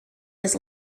his